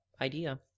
idea